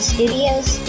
Studios